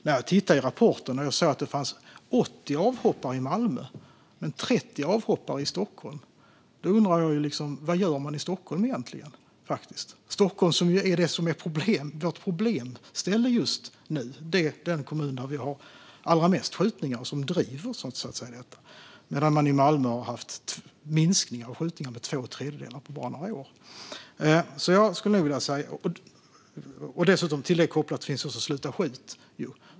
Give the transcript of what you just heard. När jag tittade i rapporten såg jag att det fanns 80 avhoppare i Malmö men 30 avhoppare i Stockholm. Då undrar jag vad man gör i Stockholm egentligen. Stockholm är ju ett problemställe just nu. Det är den kommun där vi har allra flest skjutningar och som driver detta, medan skjutningarna i Malmö har minskat med två tredjedelar på bara några år. Kopplat till detta finns Sluta skjut.